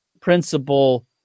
principle